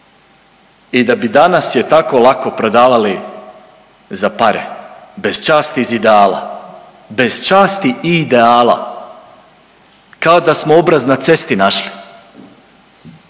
i da bi danas je tako lako prodavali za pare, bez časti i ideala, bez časti i ideala, kao da smo obraz na cesti našli.